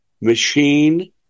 machine